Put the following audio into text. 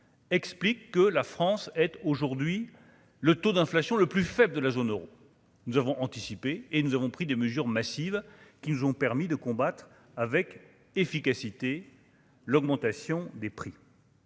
explique que la France est aujourd'hui le taux d'inflation le plus faible de la zone Euro, nous avons anticipé et nous avons pris des mesures massives qui nous ont permis de combattre avec efficacité l'augmentation des prix.